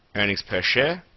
earnings per share,